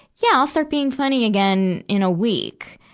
yeah, i'll start being funny again in a week.